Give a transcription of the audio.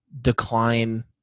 decline